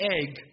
egg